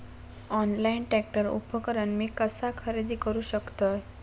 Online tractor उपकरण मी कसा खरेदी करू शकतय?